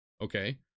Okay